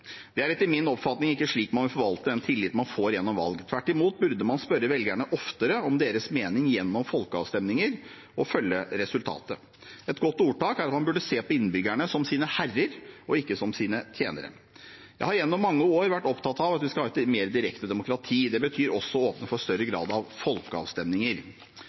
Det er etter min oppfatning ikke slik man bør forvalte den tillit man får gjennom valg, tvert imot burde man spørre velgerne oftere om deres mening gjennom folkeavstemninger – og følge resultatet. Et godt ordtak er at man burde se på innbyggerne som sine herrer og ikke som sine tjenere. Jeg har gjennom mange år vært opptatt av at vi skal ha et mer direkte demokrati. Det betyr også å åpne for større grad av folkeavstemninger.